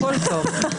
הכול טוב.